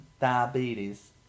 diabetes